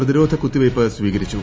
പ്രതിരോധ കുത്തിവയ്പ്പ് സ്വീകരിച്ചു